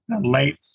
late